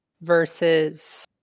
versus